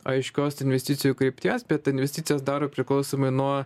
aiškios investicijų krypties bet investicijas daro priklausomai nuo